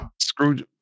Scrooge